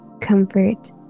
comfort